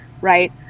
right